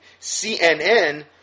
CNN